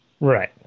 Right